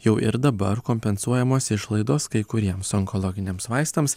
jau ir dabar kompensuojamos išlaidos kai kuriems onkologiniams vaistams